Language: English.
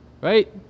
Right